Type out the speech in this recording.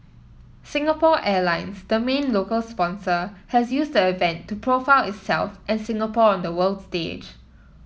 Singapore Airlines the main local sponsor has used the event to profile itself and Singapore on the world stage